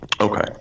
Okay